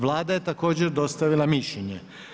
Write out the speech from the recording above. Vlada je također dostavila mišljenje.